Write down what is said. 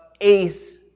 ace